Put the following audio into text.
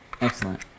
Excellent